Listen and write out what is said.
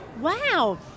Wow